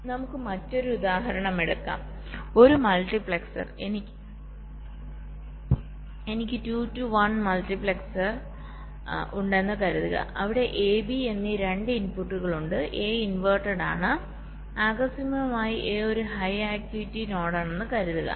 നമുക്ക് മറ്റൊരു ഉദാഹരണമെടുക്കാം ഒരു മൾട്ടിപ്ലക്സർ എനിക്ക് 2 ടു 1 മൾട്ടിപ്ലക്സർ ഉണ്ടെന്ന് കരുതുക അവിടെ A B എന്നീ 2 ഇൻപുട്ടുകൾ ഉണ്ട് A ഇൻവെർട്ടഡ് ആണ് ആകസ്മികമായി A ഒരു ഹൈ ആക്ടിവിറ്റി നോഡാണെന്ന് കരുതുക